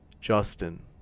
Justin